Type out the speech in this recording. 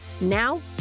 Now